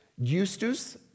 justus